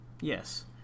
Yes